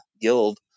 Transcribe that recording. guild